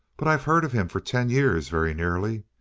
but i've heard of him for ten years, very nearly.